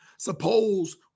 Suppose